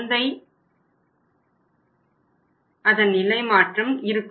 சந்தை நிலை மாற்றம் இருக்கும்